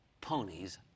ponies